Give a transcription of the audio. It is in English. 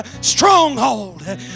stronghold